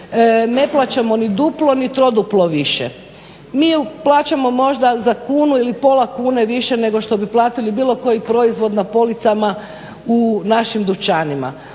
ne plaćamo ni duplo ni troduplo više, mi ju plaćamo možda za kunu ili pola kune više nego što bi platili bilo koji proizvod na policama u našim dućanima.